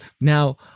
Now